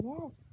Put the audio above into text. yes